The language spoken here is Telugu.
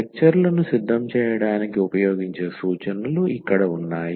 లెక్చర్ లను సిద్ధం చేయడానికి ఉపయోగించే సూచనలు ఇక్కడ ఉన్నాయి